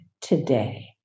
today